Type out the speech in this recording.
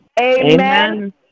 Amen